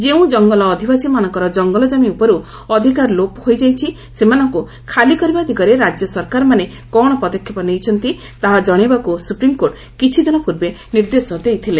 ଯେଉଁ ଜଙ୍ଗଲ ଅଧିବାସୀମାନଙ୍କର ଜଙ୍ଗଲ ଜମି ଉପରୁ ଅଧିକାର ଲୋପ ହୋଇଯାଇଛି ସେମାନଙ୍କୁ ଖାଲି କରିବା ଦିଗରେ ରାଜ୍ୟ ସରକାରମାନେ କ'ଣ ପଦକ୍ଷେପ ନେଇଛନ୍ତି ତାହା ଜଣାଇବାକୁ ସୁପ୍ରିମକୋର୍ଟ କିଛିଦିନ ପୂର୍ବେ ନିର୍ଦ୍ଦେଶ ଦେଇଥିଲେ